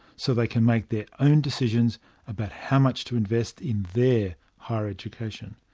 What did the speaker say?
so they can make their own decisions about how much to invest in their higher education.